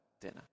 dinner